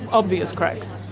obvious cracks?